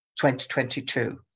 2022